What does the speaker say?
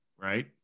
right